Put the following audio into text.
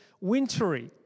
wintry